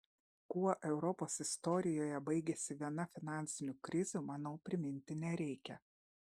kuo europos istorijoje baigėsi viena finansinių krizių manau priminti nereikia